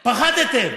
פחדתם.